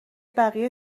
بقیه